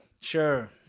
sure